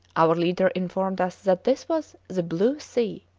our leader informed us that this was the blue sea.